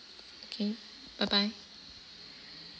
okay bye bye